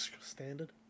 standard